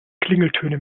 klingeltöne